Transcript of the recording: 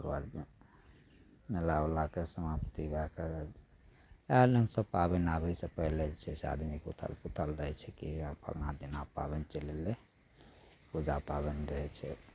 कौआ लए देँ मेला उला कए समाप्त पूजा करल एहए लङ तऽ पाबैन आबै से पहिले कुछ आदमी कए उथल पुथल रहै छै की आब जेना पाबैन चैल एलै पूजा पाबैन रहै छै